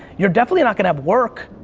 you're definitely not gonna have work.